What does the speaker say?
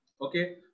Okay